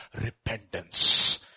repentance